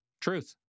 truth